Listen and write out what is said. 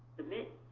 submit.